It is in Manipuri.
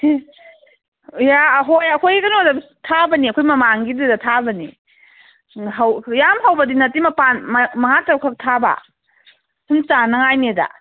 ꯏꯁ ꯏꯍꯦ ꯍꯣꯏ ꯑꯩꯈꯣꯏ ꯀꯩꯅꯣꯗꯁꯨ ꯊꯥꯕꯅꯦ ꯑꯩꯈꯣꯏ ꯃꯃꯥꯡꯒꯤꯗꯨꯗ ꯊꯥꯕꯅꯦ ꯌꯥꯝ ꯍꯧꯕꯗꯤ ꯅꯠꯇꯦ ꯃꯄꯥꯟ ꯃꯉꯥ ꯇꯔꯨꯛꯈꯛ ꯊꯥꯕ ꯁꯨꯝ ꯆꯥꯅꯉꯥꯏꯅꯤꯗ